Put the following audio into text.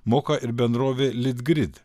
moka ir bendrovė litgrid